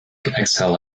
excel